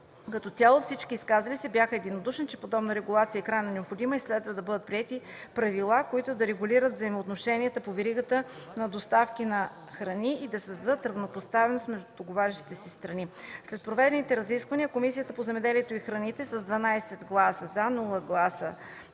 Като цяло всички изказали се бяха единодушни, че подобна регулация е крайно необходима и следва да бъдат приети правила, които да регулират взаимоотношенията по веригата на доставки на храни и да създадат равнопоставеност между договарящите се страни. След проведените разисквания, Комисията по земеделието и храните със 12 гласа „за”, без